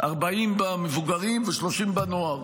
40 במבוגרים ו-30 בנוער,